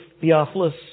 Theophilus